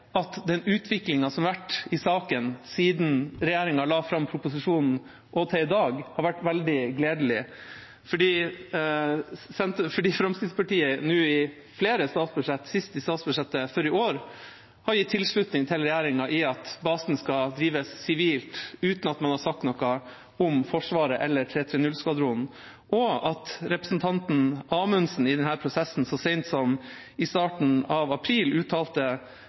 at den utviklingen som har vært i saken siden regjeringa la fram proposisjonen og til i dag, har vært veldig gledelig. Fremskrittspartiet har i flere statsbudsjett, sist i statsbudsjettet for i år, gitt regjeringa tilslutning til at basen skal drives sivilt, uten at man har sagt noe om Forsvaret eller 330-skvadronen. I forbindelse med denne prosessen uttalte representanten Amundsen til media så sent som i starten av april